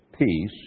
peace